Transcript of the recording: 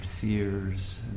fears